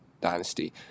dynasty